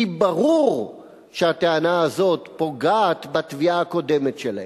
כי ברור שהטענה הזאת פוגעת בתביעה הקודמת שלהם.